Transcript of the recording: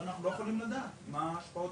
ואנחנו לא יכולים לדעת מה ההשפעות